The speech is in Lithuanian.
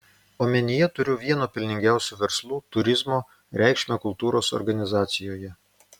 omenyje turiu vieno pelningiausių verslų turizmo reikšmę kultūros organizacijoje